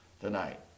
tonight